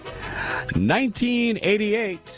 1988